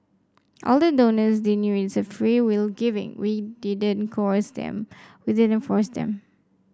all the donors they knew it's a freewill giving we didn't coerce them we didn't force them